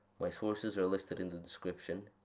my sources are listed in the description.